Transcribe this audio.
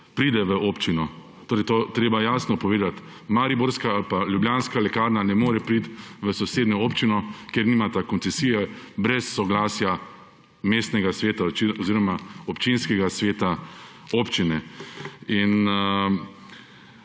pride v občino. To je treba jasno povedati. Mariborska ali pa ljubljanska lekarna ne moreta priti v sosednjo občino, ker nimata koncesije brez soglasja mestnega sveta oziroma občinskega sveta občine.